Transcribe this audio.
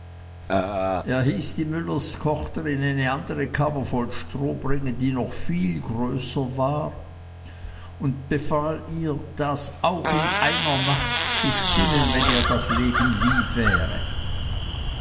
er ließ die müllerstochter in eine andere kammer voll stroh bringen die noch viel größer war und befahl ihr das auch in einer nacht zu spinnen wenn ihr das leben lieb wäre